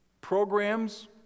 programs